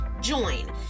join